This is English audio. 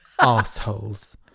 assholes